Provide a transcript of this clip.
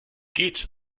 geht